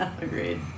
Agreed